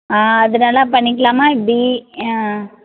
ஆ அதனால பண்ணிக்கலாமா எப்படி